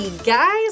guys